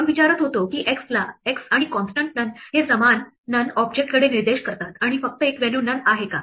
आपण विचारत होतो की x आणि constant none हे समान none ऑब्जेक्टकडे निर्देश करतात आणि फक्त एक व्हॅल्यू none आहे का